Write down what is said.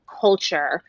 culture